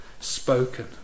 spoken